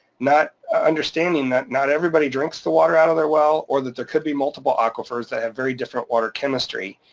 not understanding that not everybody drinks the water out of their well, or that there could be multiple aquifers that have very different water chemistry.